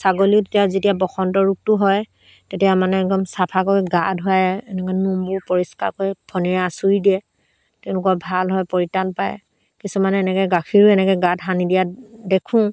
ছাগলীও তেতিয়া যেতিয়া বসন্ত ৰোগটো হয় তেতিয়া মানে একদম চাফা কৰি গা ধুৱাই এনেকৈ নোমবোৰ পৰিষ্কাৰ কৰি ফণিৰে আঁচুৰি দিয়ে তেওঁলোকৰ ভাল হয় পৰিত্ৰাণ পায় কিছুমানে এনেকৈ গাখীৰো এনেকৈ গাত সানি দিয়া দেখোঁ